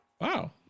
Wow